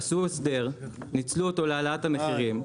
עשו הסדר, ניצלו אותו להעלאת המחירים.